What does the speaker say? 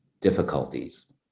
difficulties